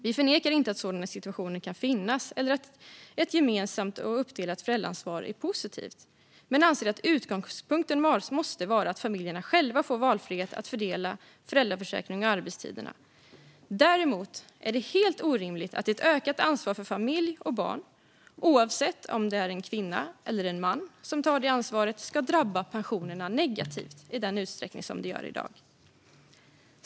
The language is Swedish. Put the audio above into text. Vi förnekar inte att sådana situationer kan finnas, och vi förnekar inte heller att ett gemensamt och uppdelat föräldraansvar är positivt. Vi anser dock att utgångspunkten måste vara att familjerna själva får valfrihet att fördela föräldraförsäkringen och arbetstiderna. Däremot är det helt orimligt att ett ökat ansvar för familj och barn, oavsett om det är en kvinna eller en man som tar det ansvaret, ska drabba pensionerna negativt i den utsträckning som det gör i dag.